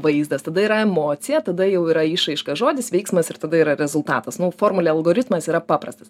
vaizdas tada yra emocija tada jau yra išraiška žodis veiksmas ir tada yra rezultatas nu formulė algoritmas yra paprastas